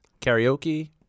karaoke